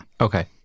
Okay